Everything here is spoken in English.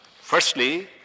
Firstly